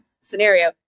scenario